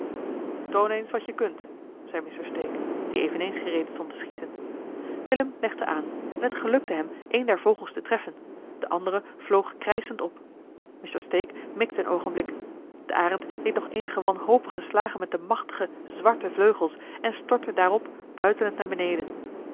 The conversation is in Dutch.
toon eens wat je kunt zei mr stake die eveneens gereed stond te schieten willem legde aan en het gelukte hem een der vogels te treffen de andere vloog krijschend op mr stake mikte een oogenblik de arend deed nog eenige wanhopige slagen met de machtige zwarte vleugels en stortte daarop buitelend naar beneden